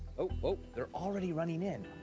oh, oh, they're already running in.